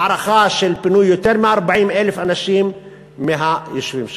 ההערכה היא פינוי יותר מ-40,000 אנשים מהיישובים שלהם.